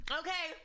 okay